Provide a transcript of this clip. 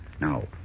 Now